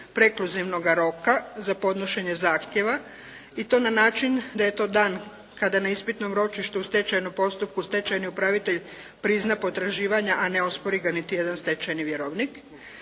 prekluzivnoga roka za podnošenje zahtjeva i to na način da je to dan kada na ispitnom ročištu u stečajnom postupku stečajni upravitelj prizna potraživanja, a ne ospori ga niti jedan stečajni vjerovnik,